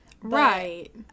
Right